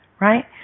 Right